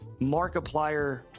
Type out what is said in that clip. markiplier